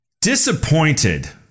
disappointed